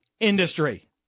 industry